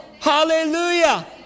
Hallelujah